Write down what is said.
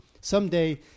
someday